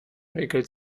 räkelt